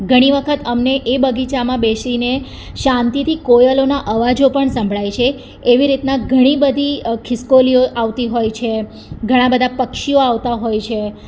ઘણી વખત અમને બગીચામાં બેસીને શાંતિથી કોયલોના અવાજો પણ સાંભળાય છે એવી રીતના ઘણી બધી ખિસકોલીઓ આવતી હોય છે ઘણા બધા પક્ષીઓ આવતા હોય છે